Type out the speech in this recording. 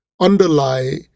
underlie